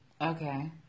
Okay